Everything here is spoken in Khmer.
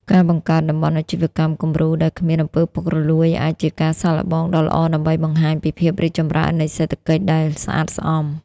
ការបង្កើត "តំបន់អាជីវកម្មគំរូដែលគ្មាន អំពើពុករលួយ" អាចជាការសាកល្បងដ៏ល្អដើម្បីបង្ហាញពីភាពរីកចម្រើននៃសេដ្ឋកិច្ចដែលស្អាតស្អំ។